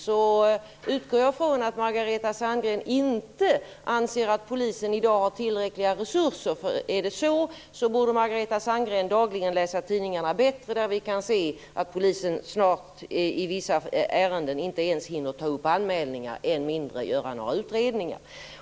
Jag utgår från att Margareta Sandgren anser att polisen i dag har tillräckliga resurser. Om det är så, borde Margareta Sandgren läsa tidningarna ordentligt. Vi kan där se att polisen snart i vissa ärenden inte ens hinner ta upp anmälningar, än mindre göra några utredningar.